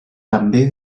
també